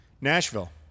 Nashville